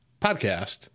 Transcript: podcast